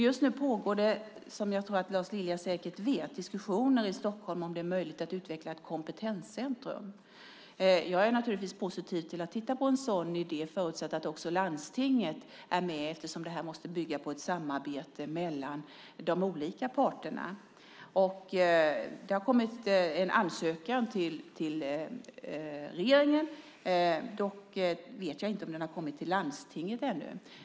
Just nu pågår, som Lars Lilja säkert vet, diskussioner i Stockholm om det är möjligt att utveckla ett kompetenscentrum. Jag är naturligtvis positiv till att titta på en sådan idé förutsatt också landstinget är med eftersom det här måste bygga på ett samarbete mellan de olika parterna. Det har kommit en ansökan till regeringen. Jag vet dock inte om den har kommit till landstinget ännu.